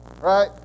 right